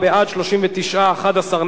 התש"ע 2010,